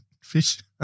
fish